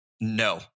No